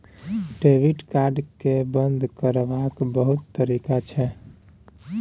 debit card केँ बंद करबाक बहुत तरीका छै